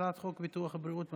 הצעת חוק ביטוח בריאות ממלכתי,